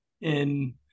in-